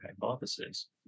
hypothesis